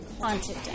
Haunted